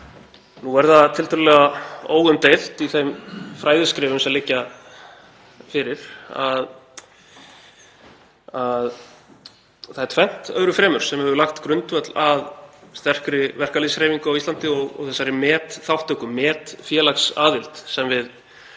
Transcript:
Nú er það tiltölulega óumdeilt í þeim fræðiskrifum sem liggja fyrir að það er tvennt öðru fremur sem hefur lagt grundvöll að sterkri verkalýðshreyfingu á Íslandi og þessari metþátttöku, metfélagsaðild sem við